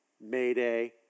mayday